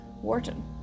Wharton